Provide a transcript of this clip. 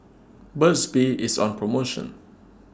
Burt's Bee IS on promotion